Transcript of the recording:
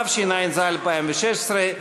התשע"ז 2016,